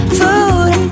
food